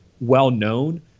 well-known